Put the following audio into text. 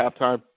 halftime